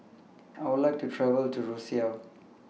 I Would like to travel to Roseau